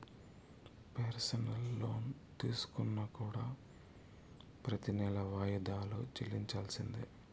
personal loan తీసుకున్నా కూడా ప్రెతి నెలా వాయిదాలు చెల్లించాల్సిందే